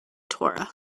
torah